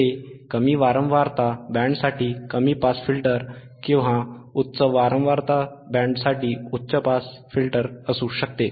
हे कमी वारंवारता बँडसाठी कमी पास फिल्टर किंवा उच्च वारंवारता बँडसाठी उच्च पास फिल्टर असू शकते